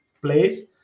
place